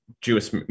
Jewish